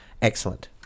Excellent